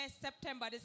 September